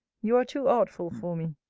you are too artful for me.